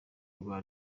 rwa